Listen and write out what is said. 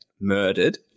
murdered